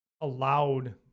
allowed